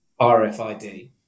rfid